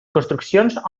construccions